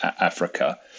africa